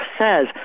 says